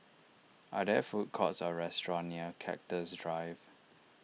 are there food courts or restaurants near Cactus Drive